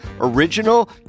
original